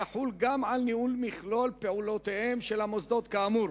תחול גם על ניהול מכלול פעולותיהם של המוסדות כאמור.